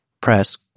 press